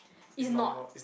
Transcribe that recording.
it's not